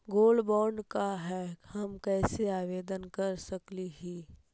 Gold bond का है, हम कैसे आवेदन कर सकली ही?